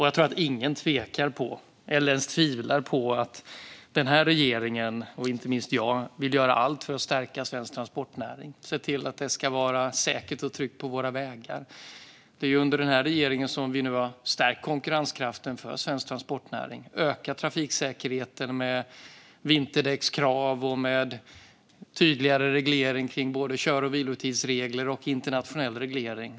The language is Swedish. Jag tror inte att någon tvekar om eller ens tvivlar på att den här regeringen och inte minst jag vill göra allt för att stärka svensk transportnäring och se till att det ska vara säkert och tryggt på våra vägar. Det är den här regeringen som har stärkt konkurrenskraften för svensk transportnäring och som har ökat trafiksäkerheten med vinterdäckskrav, tydligare både kör och vilotidsregler och internationell reglering.